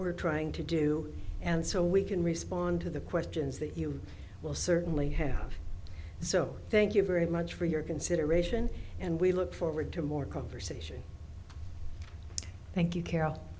we're trying to do and so we can respond to the questions that you will certainly have so thank you very much for your consideration and we look forward to more conversation thank you carol